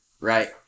right